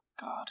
god